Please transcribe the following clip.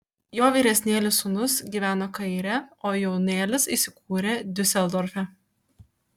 jo vyresnėlis sūnus gyveno kaire o jaunėlis įsikūrė diuseldorfe